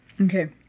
Okay